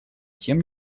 тем